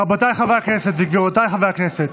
רבותיי חברי הכנסת וגבירותיי חברות הכנסת,